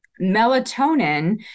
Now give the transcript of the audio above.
melatonin